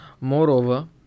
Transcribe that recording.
moreover